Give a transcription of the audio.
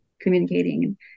communicating